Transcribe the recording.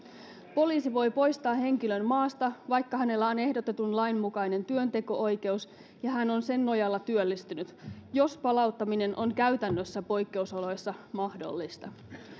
poliisi voi poistaa henkilön maasta vaikka hänellä on ehdotetun lain mukainen työnteko oikeus ja hän on sen nojalla työllistynyt jos palauttaminen on käytännössä poikkeusoloissa mahdollista